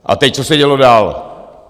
A teď co se dělo dál.